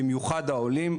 במיוחד העולים.